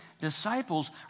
disciples